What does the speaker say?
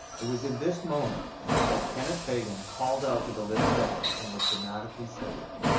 it was in this moment that kenneth hagin called out to the living god and was dramatically saved.